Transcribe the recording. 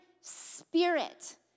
spirit